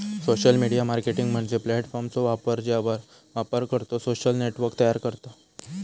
social media marketing म्हणजे प्लॅटफॉर्मचो वापर ज्यावर वापरकर्तो सोशल नेटवर्क तयार करता